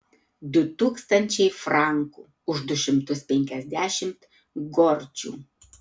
du tūkstančiai frankų už du šimtus penkiasdešimt gorčių